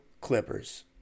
Clippers